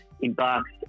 embarks